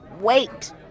wait